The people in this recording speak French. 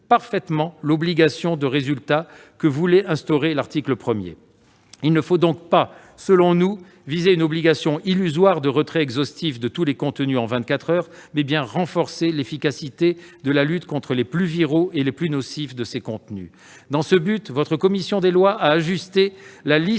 parfaitement l'obligation de résultat que tendait à instaurer l'article 1 ... Selon nous, il faut non pas viser une obligation illusoire de retrait exhaustif de tous les contenus en vingt-quatre heures, mais bien renforcer l'efficacité de la lutte contre les plus viraux et les plus nocifs de ces contenus. Dans ce but, la commission des lois a ajusté la liste